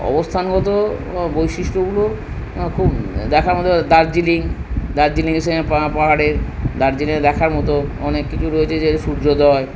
অবস্থানগত বৈশিষ্ট্যগুলো খুব দেখার মতো দার্জিলিং দার্জিলিংয়ের পাহাড়ের দার্জিলিংয়ে দেখার মতো অনেক কিছু রয়েছে যেটা সূর্যোদয়